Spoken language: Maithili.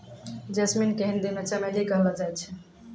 जैस्मिन के हिंदी मे चमेली कहलो जाय छै